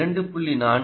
அது 2